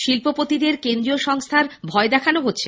শিল্পপতিদের কেন্দ্রীয় সংস্থার ভয় দেখানো হচ্ছে